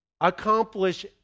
accomplish